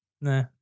Nah